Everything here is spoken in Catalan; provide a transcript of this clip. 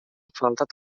faltat